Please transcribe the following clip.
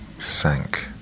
sank